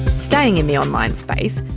staying in the online space,